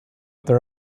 know